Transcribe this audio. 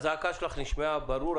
הזעקה שלך נשמעה ברור.